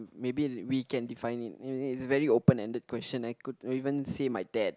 maybe we can define it it's very open ended question I could even say my dad